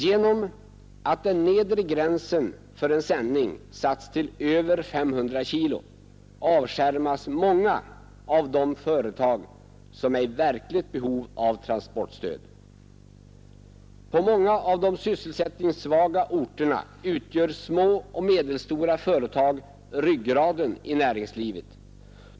Genom att den nedre gränsen för en sändning satts till över 500 kg avskärmas många av de företag som är i verkligt behov av transportstöd. På många sysselsättningssvaga orter utgör små och medelstora företag ryggraden i näringslivet.